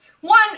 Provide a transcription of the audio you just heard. One